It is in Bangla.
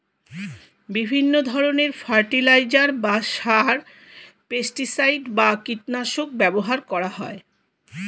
বিভিন্ন ধরণের ফার্টিলাইজার বা সার, পেস্টিসাইড বা কীটনাশক ব্যবহার করা হয়